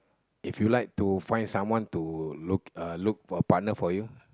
if you like to find someone to look uh look for partner for you